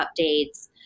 updates